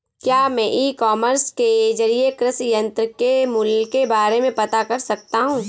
क्या मैं e commerce के ज़रिए कृषि यंत्र के मूल्य के बारे में पता कर सकता हूँ?